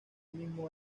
mismo